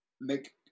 make